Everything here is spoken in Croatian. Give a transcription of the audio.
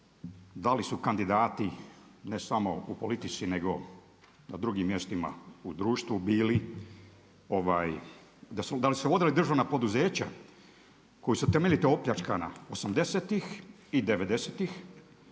da li su kandidati ne samo u politici nego na drugim mjestima u društvu bili da li su vodili državna poduzeća koja su temeljito opljačkana osamdesetih